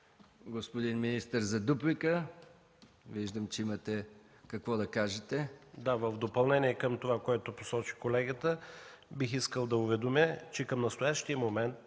господин министър, за дуплика. Виждам, че имате какво да кажете. МИНИСТЪР ДИМИТЪР ГРЕКОВ: В допълнение към това, което посочи колегата, бих искал да уведомя, че към настоящия момент